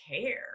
care